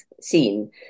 scene